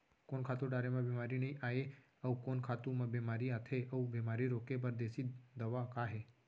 कोन खातू डारे म बेमारी नई आये, अऊ कोन खातू म बेमारी आथे अऊ बेमारी रोके बर देसी दवा का हे?